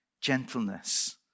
gentleness